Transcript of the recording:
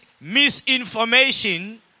misinformation